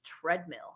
treadmill